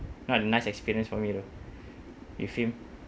not a nice experience for me though with him